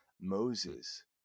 moses